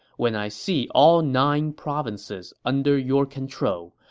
when i see all nine provinces under your control,